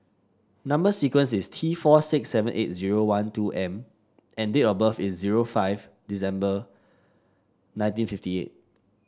number sequence is T four six seven eight zero one two M and date of birth is zero five December nineteen fifty eight